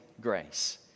grace